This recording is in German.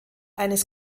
eines